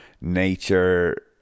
nature